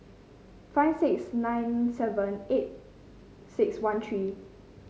five six nine seven eight six one three